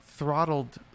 Throttled